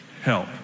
help